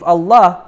Allah